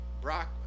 Brock